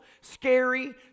scary